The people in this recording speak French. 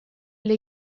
les